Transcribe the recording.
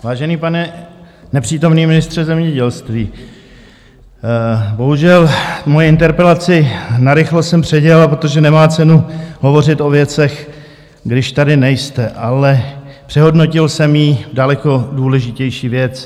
Vážený pane nepřítomný ministře zemědělství, bohužel svoji interpelaci narychlo jsem předělal, protože nemá cenu hovořit o věcech, když tady nejste, ale přehodnotil jsem jí daleko důležitější věc.